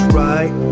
right